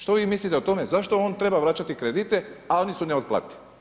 Što vi mislite o tome zašto on treba vraćati kredite, a oni su neotplativi?